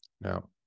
Now